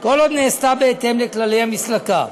כל עוד נעשתה בהתאם לכללי המסלקה,